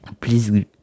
please